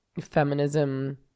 feminism